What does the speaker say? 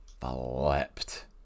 flipped